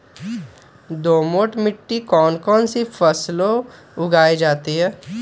दोमट मिट्टी कौन कौन सी फसलें उगाई जाती है?